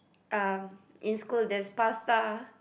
um in school there's pasta